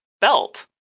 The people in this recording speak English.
belt